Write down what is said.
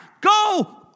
go